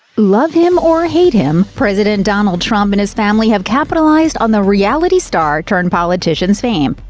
love him or hate him, president donald trump and his family have capitalized on the reality star-turned-politician's fame.